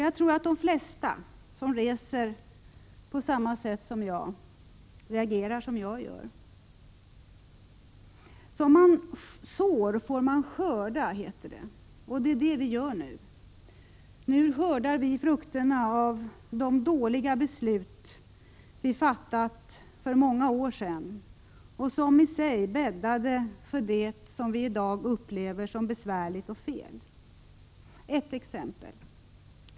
Jag tror de flesta som reser på samma sätt som jag reagerar som jag gör. Som man sår får man skörda, heter det, och det är det vi gör nu. Nu skördar vi frukterna av de dåliga beslut vi fattat för många år sedan, som i sig bäddade för det som vi i dag upplever som besvärligt och fel.